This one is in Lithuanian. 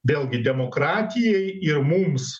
vėlgi demokratijai ir mums